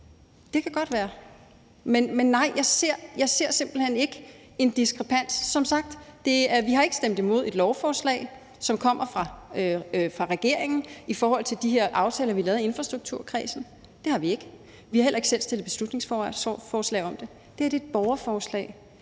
Det kan godt være. Men nej, jeg ser simpelt hen ikke en diskrepans. Som sagt har vi ikke stemt imod et lovforslag, som kommer fra regeringen, i forhold til de her aftaler, vi lavede i infrastrukturforligskredsen. Det har vi ikke. Vi har heller ikke selv fremsat beslutningsforslag om det. Det her er et borgerforslag,